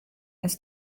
this